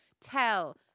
tell